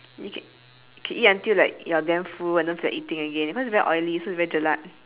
we can can eat until like you are damn full and don't feel like eating again cause very oily so it's very jelak